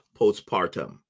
postpartum